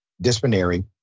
disciplinary